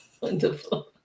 Wonderful